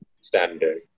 standard